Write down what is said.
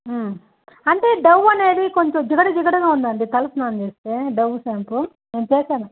అంటే డవ్ అనేది కొంచెం జిగట జిగటగా ఉందండి తల స్నానం చేస్తే డవ్ షాంపూ నేను చేశాను